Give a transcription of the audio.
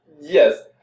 Yes